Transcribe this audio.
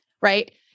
Right